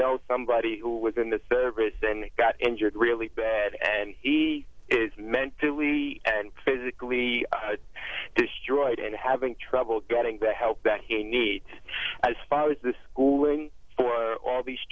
know somebody who was in the service and got injured really bad and he is meant to we and physically destroyed and having trouble getting the help that he needs as far as this school for all these